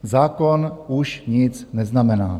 Zákon už nic neznamená.